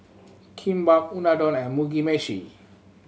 Kimbap Unadon and Mugi Meshi